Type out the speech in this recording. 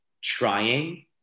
trying